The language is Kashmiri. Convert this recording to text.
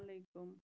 کُم